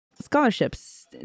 Scholarships